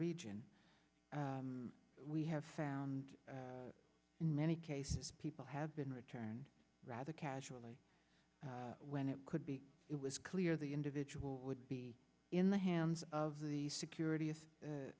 region we have found in many cases people have been returned rather casually when it could be it was clear the individual would be in the hands of the security